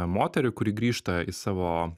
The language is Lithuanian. moterį kuri grįžta į savo